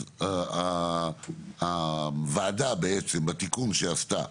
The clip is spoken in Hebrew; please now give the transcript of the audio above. אז הוועדה בתיקון שעשתה